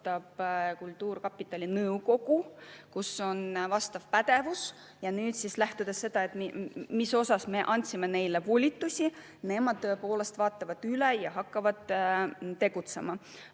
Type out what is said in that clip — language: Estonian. kultuurkapitali nõukogu, kel on vastav pädevus. Lähtudes sellest, mis osas me andsime neile volitusi, nemad tõepoolest vaatavad üle ja hakkavad tegutsema.